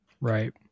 Right